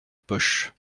poche